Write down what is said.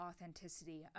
authenticity